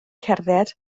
cerdded